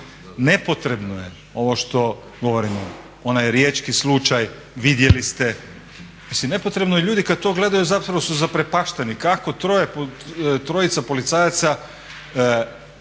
Nepotrebno je ovo što govorimo, onaj riječki slučaj, vidjeli ste. Mislim nepotrebno je, ljudi kada to gledaju zapravo su zaprepašteni kako trojica policajaca